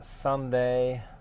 sunday